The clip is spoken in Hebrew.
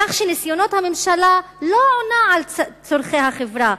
כך ניסיונות הממשלה לא עונים על צורכי החברה,